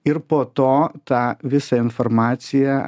ir po to tą visą informaciją